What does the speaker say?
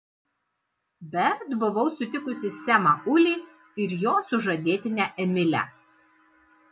bet buvau sutikusi semą ulį ir jo sužadėtinę emilę